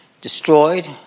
destroyed